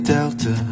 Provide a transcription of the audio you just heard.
Delta